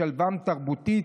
לשלבם תרבותית,